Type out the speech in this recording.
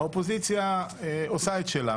האופוזיציה עושה את שלה,